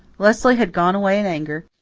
leslie had gone away in anger,